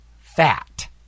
fat